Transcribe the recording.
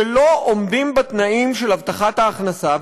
שלא עומדים בתנאים של הבטחת הכנסה,